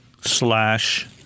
slash